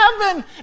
heaven